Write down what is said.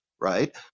right